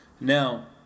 now